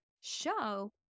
show